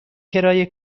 کرایه